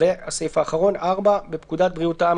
תיקון פקודת בריאות העם